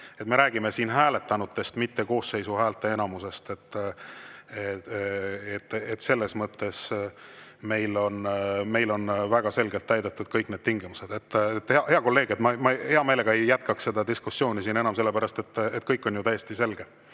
Me räägime siin hääletanutest, mitte koosseisu häälteenamusest. Selles mõttes on meil väga selgelt täidetud kõik need tingimused. Hea kolleeg, ma hea meelega ei jätkaks seda diskussiooni siin enam, sellepärast et kõik on ju täiesti selge.